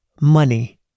money